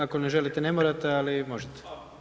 Ako ne želite ne morate, ali možete.